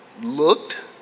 looked